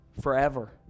forever